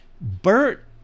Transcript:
Bert